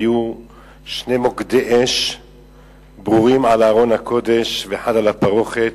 היו שני מוקדי אש ברורים על ארון הקודש ואחד על הפרוכת,